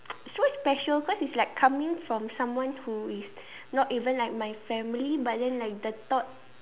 so much special cause it's like coming from someone who is not even like my family but then like the thought